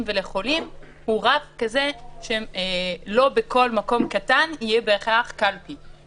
ולחולים הוא רף כזה שלא בכל מקום קטן יהיה בהכרח קלפי כזה.